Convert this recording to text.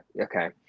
okay